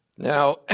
Now